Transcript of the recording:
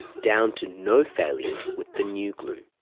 down to no failures with the new glue.